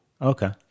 Okay